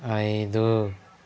ఐదు